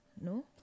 No